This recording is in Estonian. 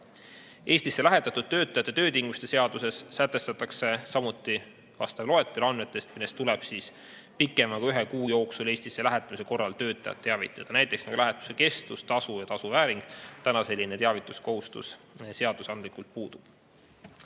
Eestisse lähetatud töötajate töötingimuste seaduses sätestatakse samuti vastav loetelu andmetest, millest tuleb pikemaks kui üheks kuuks Eestisse lähetamise korral töötajat teavitada, näiteks lähetuse kestus, tasu ja tasu maksmise vääring. Täna selline teavituskohustus seadusandlikult puudub.